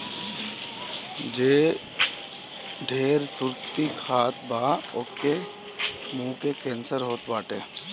जे ढेर सुरती खात बा ओके के मुंहे के कैंसर होत बाटे